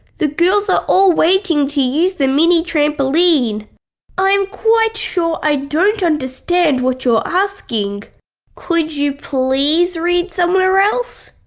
the girls are all waiting to use the mini trampoline i'm quite sure i don't understand what you're asking could you please read somewhere else?